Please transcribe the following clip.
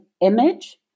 image